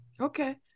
Okay